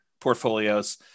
portfolios